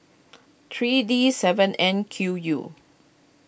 three D seven N Q U